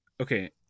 Okay